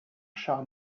char